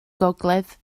gogledd